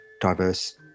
diverse